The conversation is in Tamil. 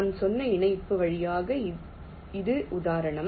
நான் சொன்ன இணைப்பு வழியாக இது உதாரணம்